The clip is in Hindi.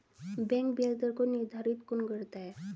बैंक ब्याज दर को निर्धारित कौन करता है?